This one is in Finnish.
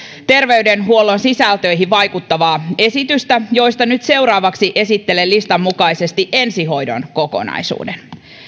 terveydenhuollon sisältöihin vaikuttavaa esitystä joista nyt seuraavaksi esittelen listan mukaisesti ensihoidon kokonaisuuden